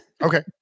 Okay